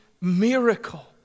miracle